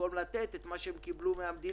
במקום לתת את מה שהבנקים קיבלו מהמדינה.